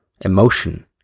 emotion